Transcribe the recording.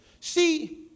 See